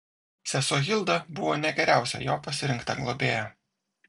sesuo hilda buvo ne geriausia jo pasirinkta globėja